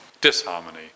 disharmony